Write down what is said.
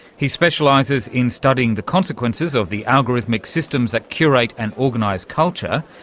he specialises in studying the consequences of the algorithmic systems that curate and organise culture.